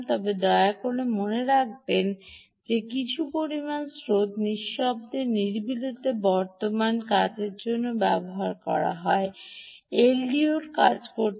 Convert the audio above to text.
তবে দয়া করে মনে রাখবেন যে কিছু পরিমাণ স্রোত নিঃশব্দে নিরিবিলিভাবে বর্তমান ব্যবহার করা হয় এলডিও কাজ করতে